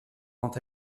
quant